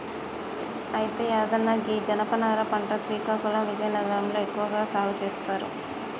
అయితే యాదన్న గీ జనపనార పంట శ్రీకాకుళం విజయనగరం లో ఎక్కువగా సాగు సేస్తారు